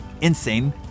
Insane